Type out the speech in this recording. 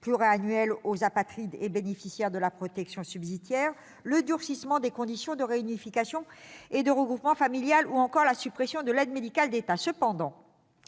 pluriannuels aux apatrides et bénéficiaires de la protection subsidiaire, le durcissement des conditions de réunification et de regroupement familial, ou encore la suppression de l'aide médicale de l'État. Cependant,